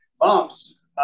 bumps